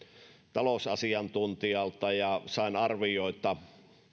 talousasiantuntijalta ja sain arvioita